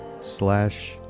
slash